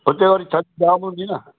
उते वरी थधि जाम हूंदी न